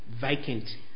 vacant